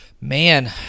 Man